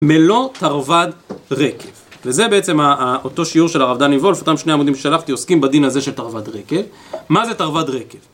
מלוא תרווד רקב. וזה בעצם אותו שיעור של הרב דני וולף, אותם שני עמודים ששלפתי עוסקים בדין הזה של תרווד רקב. מה זה תרווד רקב?